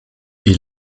est